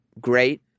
great